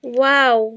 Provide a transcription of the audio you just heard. wow